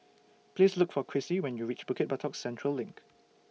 Please Look For Crissie when YOU REACH Bukit Batok Central LINK